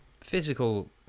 Physical